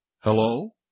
Hello